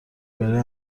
برای